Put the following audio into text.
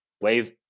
wave